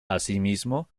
asimismo